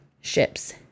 ships